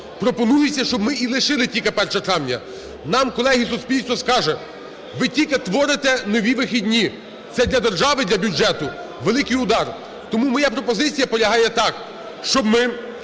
Пропонується, щоб ми і лишили тільки 1 травня. Нам, колеги, суспільство скаже: ви тільки творите нові вихідні, це для держави, для бюджету великий удар. Тому моя пропозиція полягає так, щоб ми